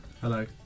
Hello